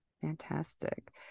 Fantastic